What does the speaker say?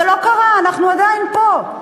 זה לא קרה, אנחנו עדיין פה.